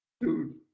Dude